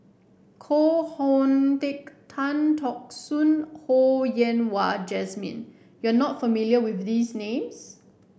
Koh Hoon Teck Tan Teck Soon Ho Yen Wah Jesmine you are not familiar with these names